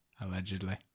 Allegedly